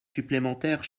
supplémentaires